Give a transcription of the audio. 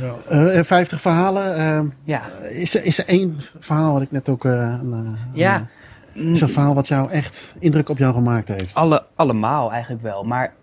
Ja. Ja. Eh, 50 verhalen, eh, Ja. is er- is er één verhaal wat ik net ook, eh, aan, eh, aan, Ja. eh, is er een Mm. verhaal wat jou echt indruk op jou gemaakt heeft? Alle- allemaal eigenlijk wel, maar